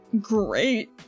great